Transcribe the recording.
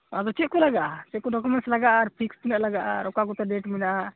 ᱟᱫᱚ ᱪᱮᱫ ᱠᱚ ᱞᱟᱜᱟᱜᱼᱟ ᱪᱮᱫ ᱠᱚ ᱰᱚᱠᱩᱢᱮᱱᱥ ᱞᱟᱜᱟᱜᱼᱟ ᱯᱷᱤᱥ ᱛᱤᱱᱟᱹᱜ ᱞᱟᱜᱟᱜᱼᱟ ᱟᱨ ᱚᱠᱟ ᱠᱚᱛᱮ ᱰᱮᱹᱴ ᱢᱮᱱᱟᱜᱼᱟ